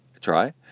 try